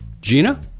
Gina